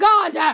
God